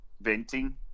Venting